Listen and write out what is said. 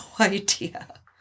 idea